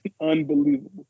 unbelievable